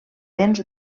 dents